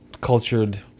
cultured